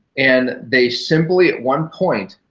and they simply, at one point,